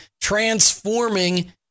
transforming